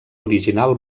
original